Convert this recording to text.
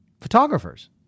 photographers